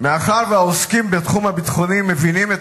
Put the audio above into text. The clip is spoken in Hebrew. מאחר שהעוסקים בתחום הביטחוני מבינים את